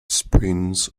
sprints